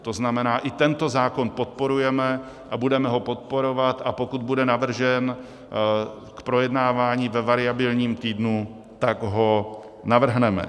To znamená, i tento zákona podporujeme a budeme ho podporovat, a pokud bude navržen k projednávání ve variabilním týdnu, tak ho navrhneme.